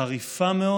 חריפה מאוד,